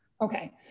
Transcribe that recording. Okay